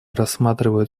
рассматривают